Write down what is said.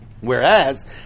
whereas